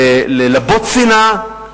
ללבות שנאה,